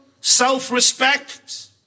self-respect